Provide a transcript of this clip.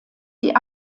die